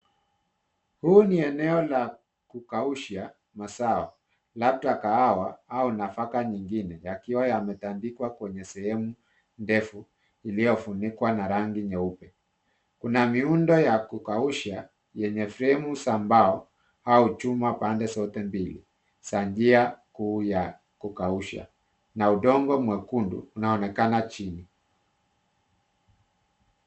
Huu ni eneo la kukausha masao, labda kahawa au nafaka nyingine yakiwa yametandikwa kwenye sehemu ndefu iliyofunikwa na rangi nyeupe. Kuna miundo ya kukausha yenye fremu za mbao au chuma pande zote mili za njia kuu ya kukausha na udongo mwekundu unaonekana chini.